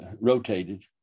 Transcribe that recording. rotated